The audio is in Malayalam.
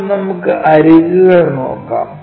ഇപ്പോൾ നമുക്ക് അരികുകൾ നോക്കാം